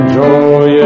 joy